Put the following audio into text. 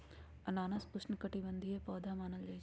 अनानास उष्णकटिबंधीय पौधा मानल जाहई